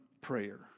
prayer